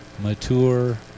mature